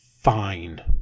fine